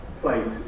place